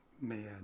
man